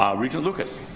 um regent lucas.